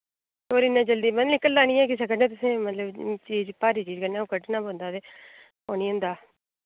और इन्नी जल्दी मतलब निकलदा निं ऐ किसै कन्नै तुसें मतलब भारी चीज कन्नै ओह् कड्ढना पौंदा ते ओह् निं होंदा